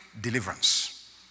deliverance